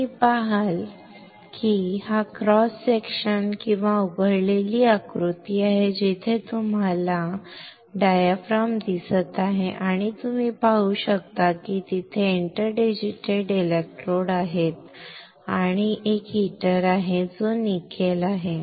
तुम्ही पहाल की हा क्रॉस सेक्शन किंवा उडवलेला आकृती आहे जिथे तुम्हाला डायाफ्राम दिसत आहे आणि तुम्ही पाहू शकता की तेथे इंटरडिजिटेटेड इलेक्ट्रोड आहेत आणि एक हीटर आहे जो निकेल आहे